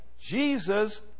Jesus